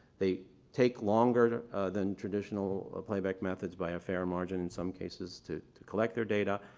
they take longer than traditional playback methods by a fair margin in some cases to to collect their data.